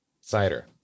cider